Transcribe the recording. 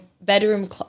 bedroom